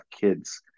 kids